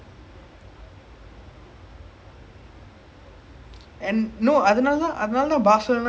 இல்ல நா யாருமே இப்போ:illai naa yaarumae ippo pay பண்ணவே மாட்டாங்க:pannavae maattaanga like match அதுக்காகவே:athukkaagavae like nobody would pay to watch the match